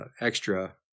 extra